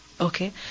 Okay